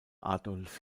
adolf